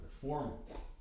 formal